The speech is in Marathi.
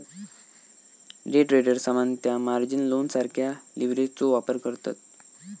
डे ट्रेडर्स सामान्यतः मार्जिन लोनसारख्या लीव्हरेजचो वापर करतत